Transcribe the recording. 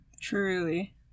Truly